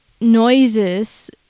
noises